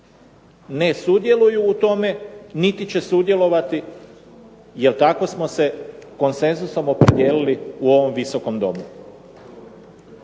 Ne sudjeluju u tome, niti će sudjelovati, jer tako smo se konsenzusom opredijelili u ovom Visokom domu.